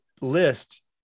list